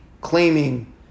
claiming